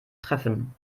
treffen